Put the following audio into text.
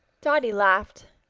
dotty laughed.